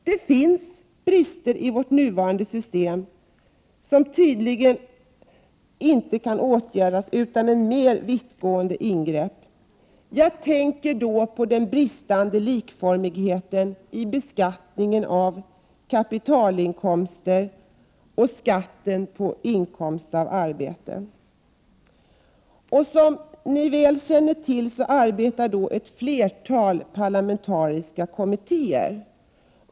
Det finns brister i vårt nuvarande system som tydligen inte kan åtgärdas utan mer vittgående ingrepp. Jag tänker då på den bristande likformigheten i beskattningen av kapitalinkomster och skatten på inkomst av arbete. Som kammarens ledamöter väl känner till arbetar ett flertal parlamentariska kommittéer.